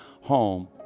home